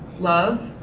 love,